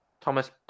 Thomas